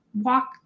walk